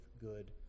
good